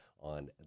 on